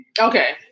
Okay